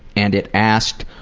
and it asked,